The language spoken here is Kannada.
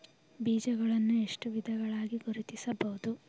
ಬೀಜಗಳನ್ನು ಎಷ್ಟು ವಿಧಗಳಾಗಿ ಗುರುತಿಸಬಹುದು?